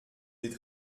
des